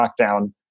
lockdown